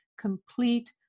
complete